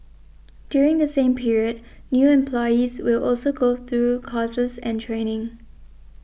during the same period new employees will also go through courses and training